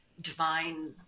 divine